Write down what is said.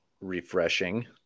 Refreshing